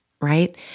right